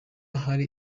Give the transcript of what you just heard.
hari